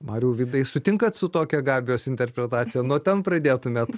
mariau vydai sutinkat su tokia gabijos interpretacija nuo ten pradėtumėt